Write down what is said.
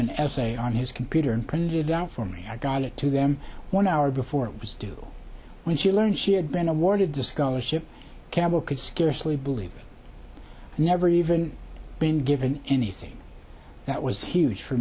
an essay on his computer and printed it out for me i got it to them one hour before it was due when she learned she had been awarded the scholarship campbell could scarcely believe and never even been given anything that was huge for